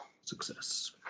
Success